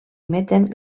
emeten